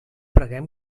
preguem